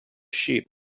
sheep